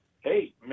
hey